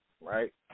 right